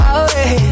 away